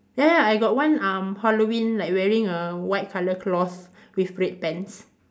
ya ya I got one um Halloween like wearing a white colour cloth with red pants